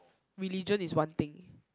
religion is one thing